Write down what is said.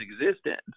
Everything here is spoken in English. existence